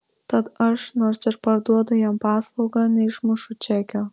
tad aš nors ir parduodu jam paslaugą neišmušu čekio